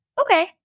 Okay